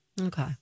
Okay